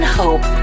hope